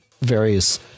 various